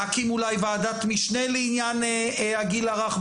להקים אולי ועדת משנה לעניין הגיל הרך,